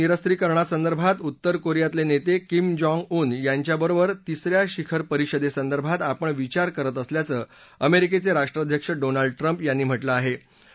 आण्विकनिरस्त्रीकरणासंदर्भात उत्तर कोरियातले नेता किम जोंग यांच्याबरोबर तिस या शिखर परीषदेसंदर्भात आपण विचार करत असल्याचं अमेरिकेचे राष्ट्रपती डोनाल्ड ट्रम्प यांनी म्हटलं आहे